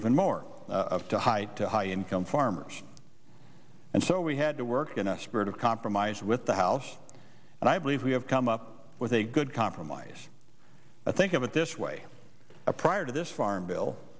even more of to high to high income farmers and so we had to work in a spirit of compromise with the house and i believe we have come up with a good compromise i think of it this way a prior to this farm bill